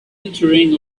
entering